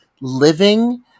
living